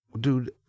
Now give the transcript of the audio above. Dude